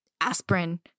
aspirin